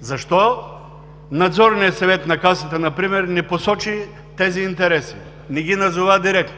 Защо Надзорният съвет на Касата например не посочи тези интереси, не ги назова директно?